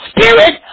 Spirit